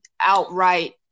outright